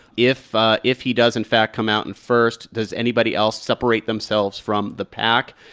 if ah if he does, in fact, come out in first, does anybody else separate themselves from the pack?